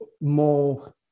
more